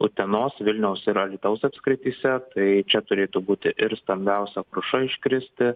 utenos vilniaus ir alytaus apskrityse tai čia turėtų būti ir stambiausia kruša iškristi